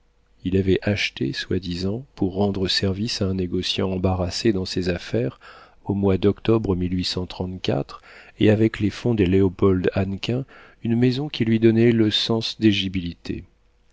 il avait acheté soi-disant pour rendre service à un négociant embarrassé dans ses affaires au mois d'octobre et avec les fonds de léopold hannequin une maison qui lui donnait le cens d'éligibilité